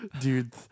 dude